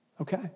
okay